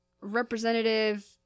Representative